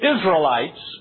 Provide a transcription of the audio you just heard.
Israelites